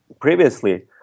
previously